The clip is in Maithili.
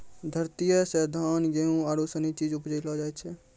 धरतीये से धान, गेहूं आरु सनी चीज उपजैलो जाय छै